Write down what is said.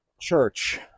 Church